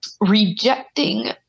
rejecting